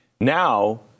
Now